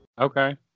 Okay